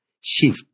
shift